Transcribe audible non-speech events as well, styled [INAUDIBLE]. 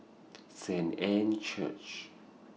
[NOISE] Saint Anne's Church